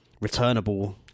returnable